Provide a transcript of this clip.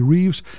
Reeves